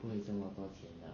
不会这么多钱的